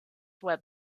web